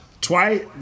twice